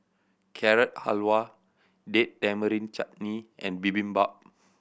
Carrot Halwa Date Tamarind Chutney and Bibimbap